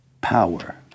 power